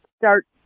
start